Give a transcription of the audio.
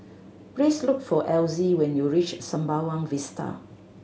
please look for Elzy when you reach Sembawang Vista